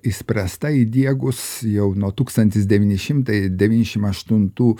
išspręsta įdiegus jau nuo tūkstantis devyni šimtai devyniasdešimt aštuntų